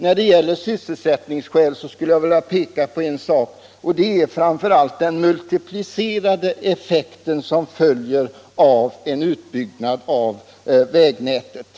När det gäller sysselsättningsskälen skulle jag vilja peka på en sak, nämligen framför allt den multiplicerade effekt som följer av en utbyggnad av vägnätet.